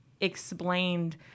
explained